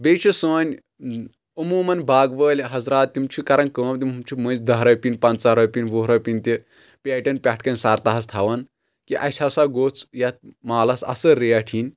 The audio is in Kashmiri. بیٚیہِ چھِ سٲنۍ عموٗمَن باغہٕ وٲلۍ حضرات تِم چھِ کران کٲم تِم چھِ مٔنٛزۍ دہ رۄپیَن پنٛژہ رۄپین وُہ رۄپین تہِ پیٹؠن پؠٹھ کنۍ سرتاہس تھاون کہِ اَسہِ ہسا گوٚژھ یتھ مالس اَصٕل ریٹ یِنۍ